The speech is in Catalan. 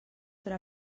podrà